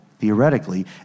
theoretically